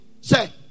say